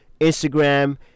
Instagram